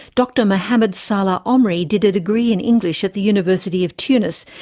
dr mohamed-salah omri did a degree in english at the university of tunis,